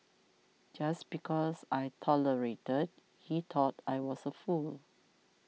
just because I tolerated he thought I was a fool